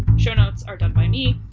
show notes are done by me,